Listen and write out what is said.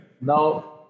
Now